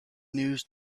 news